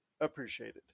appreciated